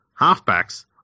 halfbacks